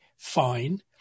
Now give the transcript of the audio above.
fine